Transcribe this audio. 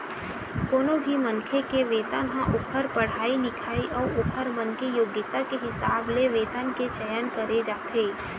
कोनो भी मनखे के वेतन ह ओखर पड़हाई लिखई अउ ओखर मन के योग्यता के हिसाब ले वेतन के चयन करे जाथे